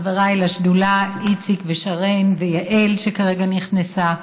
חבריי לשדולה איציק ושרן ויעל, שכרגע נכנסה,